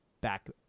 back